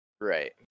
Right